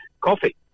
coffee